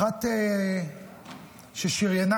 אחת ששריינה